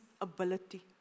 ability